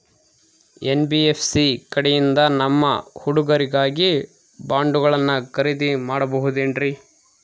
NBFC ಕಡೆಯಿಂದ ನಮ್ಮ ಹುಡುಗರಿಗಾಗಿ ಬಾಂಡುಗಳನ್ನ ಖರೇದಿ ಮಾಡಬಹುದೇನ್ರಿ?